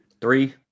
Three